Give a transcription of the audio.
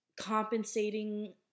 compensating